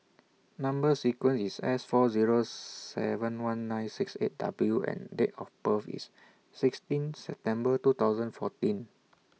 Number sequence IS S four Zero seven one nine six eight W and Date of birth IS sixteen September two thousand fourteen